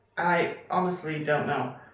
i honestly don't know.